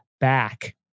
back